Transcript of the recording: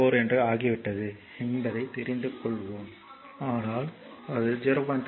4 என்று ஆகிவிட்டது என்பதை தெரிந்து கொள்ளுங்கள் ஆனால் அது 0